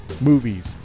movies